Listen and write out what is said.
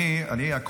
מי זה "אתם"?